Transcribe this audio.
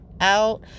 out